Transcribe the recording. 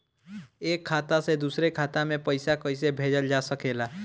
एक खाता से दूसरे खाता मे पइसा कईसे भेजल जा सकेला?